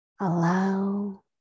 Allow